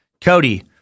Cody